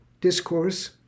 discourse